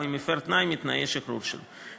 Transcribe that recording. או אם הפר תנאי מתנאי השחרור שלו.